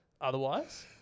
otherwise